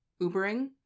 Ubering